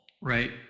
Right